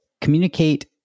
communicate